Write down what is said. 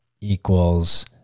equals